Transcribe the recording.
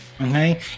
okay